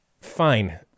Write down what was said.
Fine